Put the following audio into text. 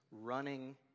running